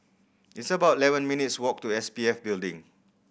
it's about eleven minutes' walk to S P F Building